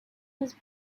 was